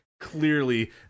clearly